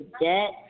debt